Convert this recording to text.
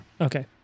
Okay